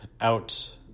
out